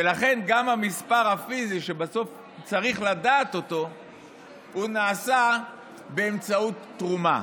ולכן גם המספר הפיזי שבסוף צריך לדעת אותו הוא נעשה באמצעות תרומה.